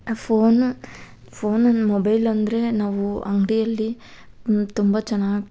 phone ಫೋನನ್ನು mobile ಅಂದರೆ ನಾವು ಅಂಗಡಿಯಲ್ಲಿ ತುಂಬ ಚೆನ್ನಾಗಿ